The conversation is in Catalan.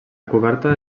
coberta